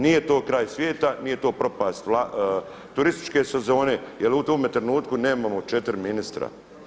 Nije to kraj svijeta, nije to propast turističke sezone jer u ovome trenutku nemamo 4 ministra.